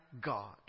God